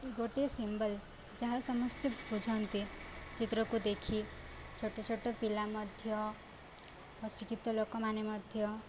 ଗୋଟିଏ ସିମ୍ବଲ ଯାହା ସମସ୍ତେ ବୁଝନ୍ତି ଚିତ୍ରକୁ ଦେଖି ଛୋଟ ଛୋଟ ପିଲା ମଧ୍ୟ ଅଶିକ୍ଷିତ ଲୋକମାନେ ମଧ୍ୟ